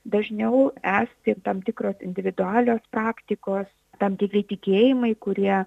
dažniau esti tam tikros individualios praktikos tam tikri tikėjimai kurie